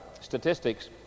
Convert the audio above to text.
statistics